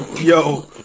Yo